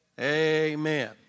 Amen